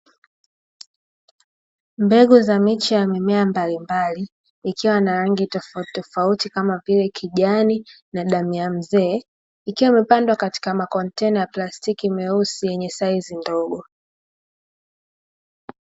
Mbegu za miche ya mimea mbalimbali, ikiwa na rangi tofauti tofauti kama vile; kijani na damu ya mzee ikiwa imepandwa katika makontena ya plastiki meusi yenye saizi ndogo.